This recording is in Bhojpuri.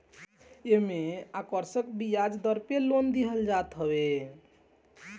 एमे आकर्षक बियाज दर पे लोन देहल जात हवे